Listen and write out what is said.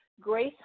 Grace